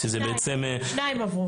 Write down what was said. שניים עברו.